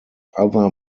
other